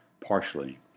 partially